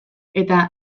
eta